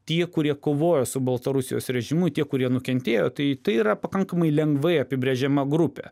tie kurie kovojo su baltarusijos režimu tie kurie nukentėjo tai tai yra pakankamai lengvai apibrėžiama grupė